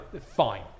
Fine